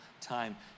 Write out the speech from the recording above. time